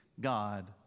God